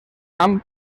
amb